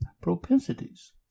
propensities